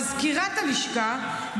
מזכירת הלשכה,